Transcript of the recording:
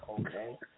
Okay